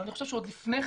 אבל אני חושב שעוד לפני כן,